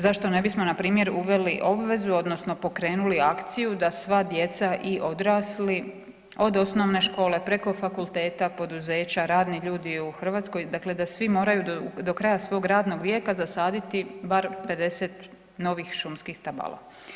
Zašto ne bismo npr. uveli obvezu odnosno pokrenuli akciju da sva djeca i odrasli od osnovne škole preko fakulteta, poduzeća radni ljudi u Hrvatskoj, dakle da svi moraju do kraja svog radnog vijeka zasaditi bar 50 novih šumskih stabala.